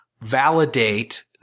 validate